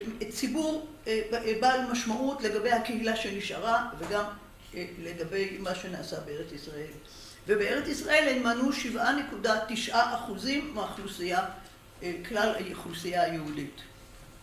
ציבור בעל משמעות לגבי הקהילה שנשארה, וגם לגבי מה שנעשה בארץ ישראל. ובארץ ישראל הן מנו 7.9% מהאכלוסייה, כלל האכלוסייה היהודית.